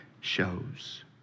shows